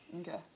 Okay